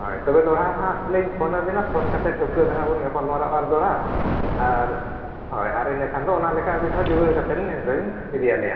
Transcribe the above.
ᱦᱳᱭ ᱛᱚᱵᱮ ᱫᱚᱲᱦᱟ ᱱᱟᱦᱟᱜ ᱞᱤᱧ ᱯᱷᱳᱱ ᱟᱹᱵᱤᱱᱟ ᱯᱷᱳᱱ ᱠᱟᱛᱮᱫ ᱴᱷᱤᱣᱠᱟᱹ ᱫᱷᱟᱨᱟ ᱵᱚᱱ ᱜᱟᱯᱟᱞ ᱢᱟᱨᱟᱣᱜᱼᱟ ᱟᱨ ᱫᱚᱲᱦᱟ ᱟᱨ ᱦᱳᱭ ᱟᱨ ᱤᱱᱟᱹ ᱠᱷᱟᱱ ᱫᱚ ᱚᱱᱟ ᱞᱮᱠᱟ ᱟᱹᱵᱤᱱ ᱦᱚᱸ ᱡᱩᱜᱟᱹᱲ ᱠᱟᱛᱮᱫ ᱵᱤᱱ ᱤᱫᱤᱭᱟᱞᱮᱭᱟ